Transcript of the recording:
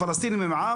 הפלסטינים הם עם,